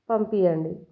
పంపించండి